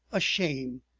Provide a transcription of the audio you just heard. a shame!